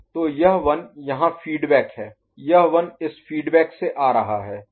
तो यह 1 यहां फीडबैक है यह 1 इस फीडबैक से आ रहा है और क्लॉक भी 1 है